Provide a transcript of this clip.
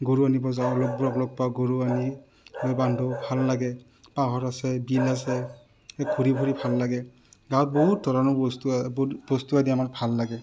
গৰু আনিব যাওঁ লগবোৰক লগ পাওঁ গৰু আনি বান্ধো ভাল লাগে পাহৰ আছে বিল আছে এই ঘূৰি ফূৰি ভাল লাগে গাঁৱত বহুত ধৰণৰ বস্তু বহুত বস্তু আদি আমাৰ ভাল লাগে